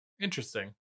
interesting